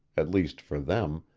at least for them,